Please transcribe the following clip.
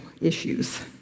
issues